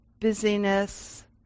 busyness